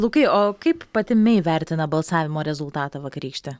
lukai o kaip pati mei vertina balsavimo rezultatą vakarykštį